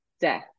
death